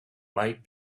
might